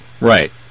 Right